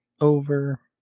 over